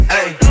ay